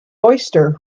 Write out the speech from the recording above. oyster